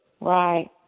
right